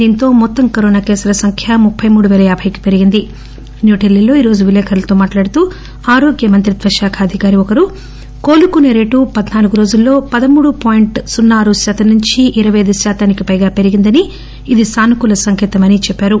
దీనితో మొత్తం కేసుల సంఖ్య ముప్పై మూడు వేల యాబై కి పెరిగింది న్యూఢిలీల్లో ఈ రోజు విలేకరులతో మట్లాడుతూ ఆరోగ్య మంత్రిత్వశాఖ అధికారి ఒకరు కోలుకునే రేటు పద్పాలుగు రోజుల్లో పదమూడు పాయింట్ సున్స ఆరు శాతం నుంచి ఇరవైదు శాతానికి పైగా పెరిగిందని ఇది సానుకూల సంకేతమని చెప్పారు